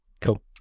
Cool